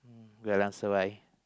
geylang serai